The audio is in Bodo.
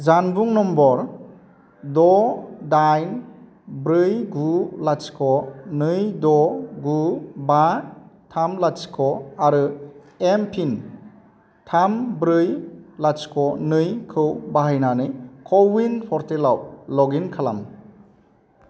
जानबुं नम्बर द' दाइन ब्रै गु लाथिख' नै द' गु बा थाम लाथिख' आरो एम पिन थाम ब्रै लाथिख' नैखौ बाहायनानै क' विन पर्टेलाव लगइन खालाम